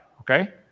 Okay